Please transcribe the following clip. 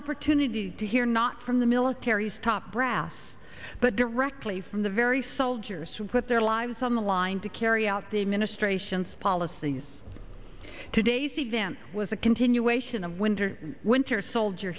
opportunity to hear not from the military's top brass but directly from the very soldiers who put their lives on the line to carry out the administration's policies today's event was a continuation of winter